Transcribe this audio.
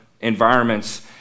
environments